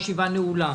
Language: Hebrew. הישיבה נעולה.